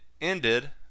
ended